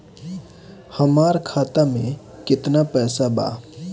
हमार खाता में केतना पैसा बा?